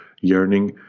yearning